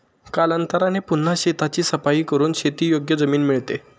कालांतराने पुन्हा शेताची सफाई करून शेतीयोग्य जमीन मिळते